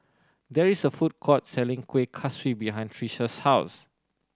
there is a food court selling Kuih Kaswi behind Trisha's house